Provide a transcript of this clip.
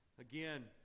Again